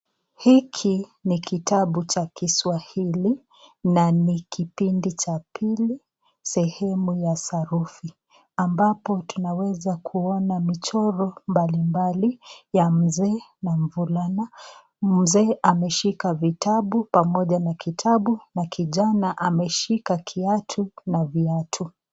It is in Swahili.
Hiki ni kitabu cha Kiswahili, na ni kipindi cha pili, sehemu ya sarufi, ambapo tunaweza kuona michoro mbalimbali ya mzee na mvulana. Mzee ameshika vitabu pamoja na kitabu, na kijana ameshika kiatu na viatu.